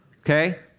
Okay